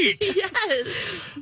Yes